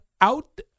out